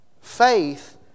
faith